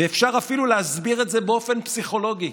ואפשר אפילו להסביר את זה באופן פסיכולוגי: